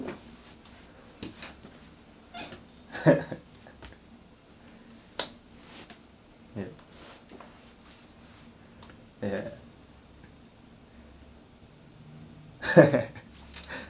ya ya